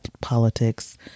politics